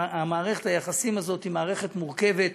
ומערכת היחסים הזאת היא מערכת מורכבת.